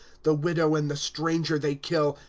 the widow and the stranger they kill,